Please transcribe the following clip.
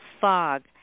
fog